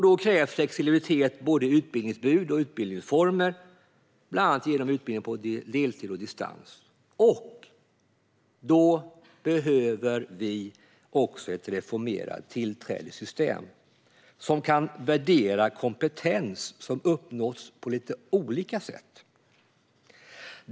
Då krävs flexibilitet i både utbildningsutbud och utbildningsformer, bland annat genom utbildning på deltid och distans. Då behöver vi ett reformerat tillträdessystem som kan värdera kompetens som uppnåtts på lite olika sätt.